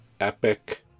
epic